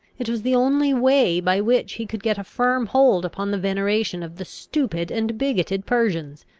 it was the only way by which he could get a firm hold upon the veneration of the stupid and bigoted persians.